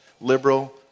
liberal